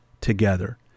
together